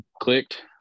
clicked